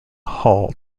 hall